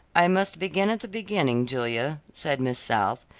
i must begin at the beginning, julia, said miss south,